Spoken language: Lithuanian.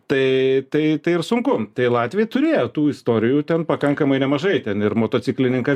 tai tai tai ir sunku tai latviai turėjo tų istorijų ten pakankamai nemažai ten ir motociklininką